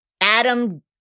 Adam